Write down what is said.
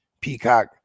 Peacock